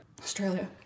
australia